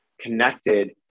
connected